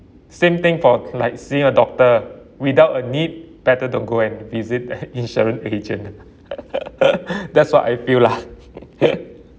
same thing for like seeing a doctor without a need better don't go and visit the insurance agent that's what I feel lah